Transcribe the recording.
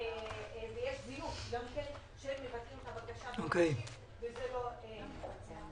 ויש זיוף שהם מבטלים את הבקשה, וזה לא מתבצע.